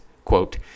Quote